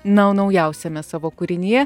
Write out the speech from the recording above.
na o naujausiame savo kūrinyje